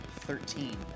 Thirteen